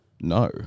No